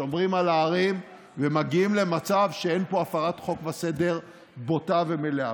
שומרים על הערים ומגיעים למצב שאין פה הפרת חוק וסדר בוטה ומלאה.